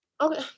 Okay